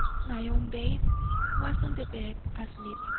my own babe was on the bed asleep,